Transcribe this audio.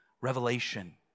revelation